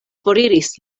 foriris